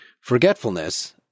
forgetfulness